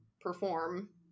perform